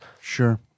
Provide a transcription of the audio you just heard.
sure